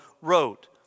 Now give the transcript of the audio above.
wrote